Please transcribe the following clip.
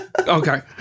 okay